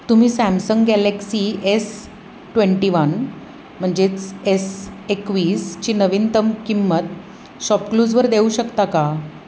तुम्ही Samsung Galaxy S twenty one म्हणजेच S एकवीसची नवीनतम किंमत शॉपक्लूजवर देऊ शकता का